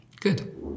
Good